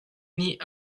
nih